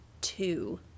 two